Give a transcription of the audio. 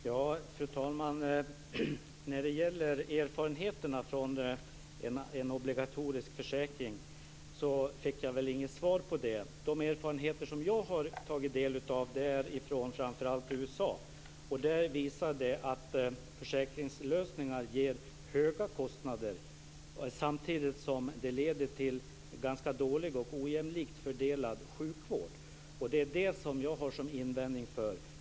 Fru talman! Jag fick väl inget svar på frågan om erfarenheterna från en obligatorisk försäkring. De erfarenheter jag har tagit del av är från USA. De har visat att försäkringslösningar ger höga kostnader samtidigt som de leder till dåligt och ojämlikt fördelad sjukvård. Jag har invändningar mot det.